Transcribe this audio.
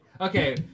Okay